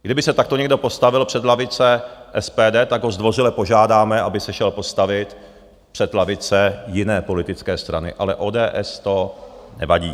Kdyby se takto někdo postavil před lavice SPD, tak ho zdvořile požádáme, aby se šel postavit před lavice jiné politické strany, ale ODS to nevadí.